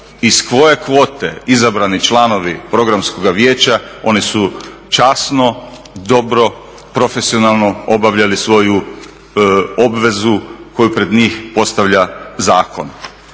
iz koje kvote izabrani članovi Programskoga vijeća oni su časno, dobro, profesionalno obavljali svoju obvezu koju pred njih postavlja zakona.